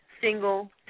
single